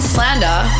Slander